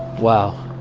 wow.